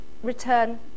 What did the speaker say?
Return